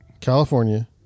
california